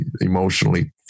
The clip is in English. emotionally